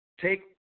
take